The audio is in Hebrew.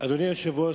אדוני היושב-ראש,